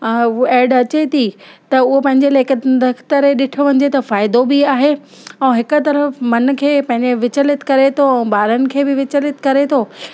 add अचे थी त उहो पंहिंजे लाइ हिकु दख्तरे ॾिठो वञिजे त फ़ाइदो बि आहे ऐं हिकु तरफ़ु मन खे पंहिंजे विचलित करे थो ऐं ॿारनि खे बि विचलित करे थो